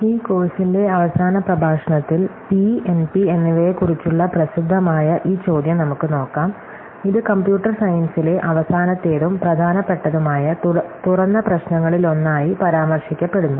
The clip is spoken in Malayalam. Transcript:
ഈ കോഴ്സിന്റെ അവസാന പ്രഭാഷണത്തിൽ പി എൻപി എന്നിവയെക്കുറിച്ചുള്ള പ്രസിദ്ധമായ ഈ ചോദ്യം നമുക്ക് നോക്കാം ഇത് കമ്പ്യൂട്ടർ സയൻസിലെ അവസാനത്തേതും പ്രധാനപ്പെട്ടതുമായ തുറന്ന പ്രശ്നങ്ങളിലൊന്നായി പരാമർശിക്കപ്പെടുന്നു